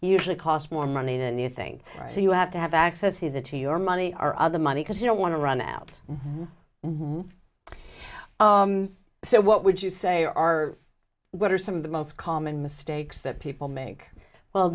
usually cost more money than you think so you have to have access to the to your money our other money because you don't want to run out so what would you say are what are some of the most common mistakes that people make well